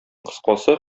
кыскасы